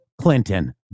Clinton